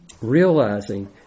realizing